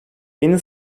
yeni